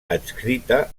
adscrita